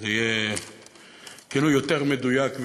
יהיה כאילו יותר מדויק.